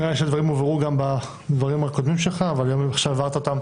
נראה לי שהדברים הובהרו גם בדברים הקודמים שלך אבל גם עכשיו הבהרת אותם